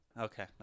Okay